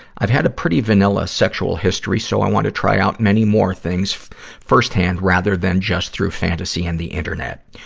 i've had a pretty vanilla sexual history, so i wanna try out many more things first hand, rather than just through fantasy and the internet.